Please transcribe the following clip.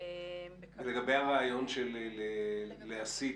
--- לגבי הרעיון של להסיט,